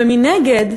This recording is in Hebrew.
ומנגד,